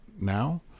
now